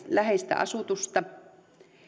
läheistä asutusta